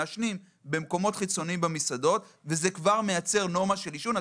מעשנים במקומות חיצוניים במסעדות וזה יוצר נורמה של עישון.